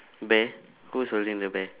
bear who's holding the bear